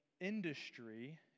industry